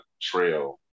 trail